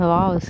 Wow